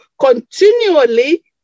continually